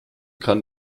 kann